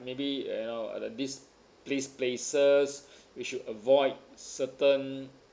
maybe you know the this place places we should avoid certain